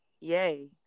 yay